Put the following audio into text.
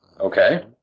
Okay